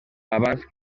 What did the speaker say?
abans